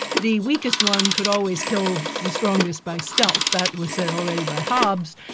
the weakest one could always kill the strongest by stealth. that was said already by hobbes,